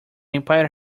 empire